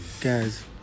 guys